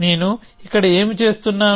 నేను ఇక్కడ ఏమి చేస్తున్నాను